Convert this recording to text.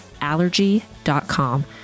Allergy.com